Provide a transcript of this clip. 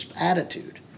attitude